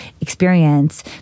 experience